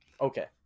Okay